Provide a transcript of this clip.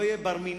שלא יהיה בר-מינן,